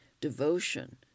devotion